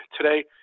today